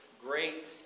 great